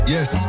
Yes